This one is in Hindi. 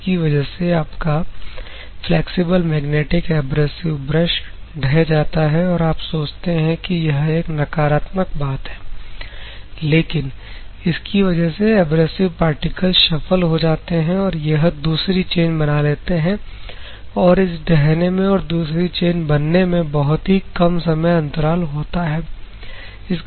जिसकी वजह से आपका फ्लैक्सिबल मैग्नेटिक एब्रेसिव ब्रश ढह जाता है और आप सोचते हैं कि यह एक नकारात्मक बात है लेकिन इसकी वजह से एब्रेसिव पार्टिकल शफल हो जाते हैं और यह दूसरी चैन बना लेते हैं और इस ढहने में और दूसरी चेन बनने में बहुत ही कम समय अंतराल होता है